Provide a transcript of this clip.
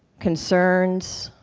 concerns,